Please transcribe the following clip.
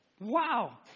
Wow